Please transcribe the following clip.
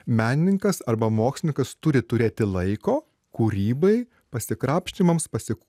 menininkas arba mokslininkas turi turėti laiko kūrybai pasikrapštymams pasi